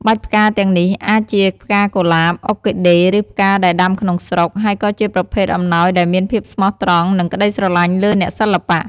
បាច់ផ្កាទាំងនេះអាចជា ផ្កាកុលាប អ៊ូឃីដេ ឬផ្កាដែលដាំក្នុងស្រុក ហើយក៏ជាប្រភេទអំណោយដែលមានភាពស្មោះត្រង់ និងក្តីស្រឡាញ់លើអ្នកសិល្បៈ។